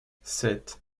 sept